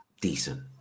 decent